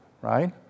right